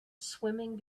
swimming